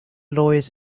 lawyers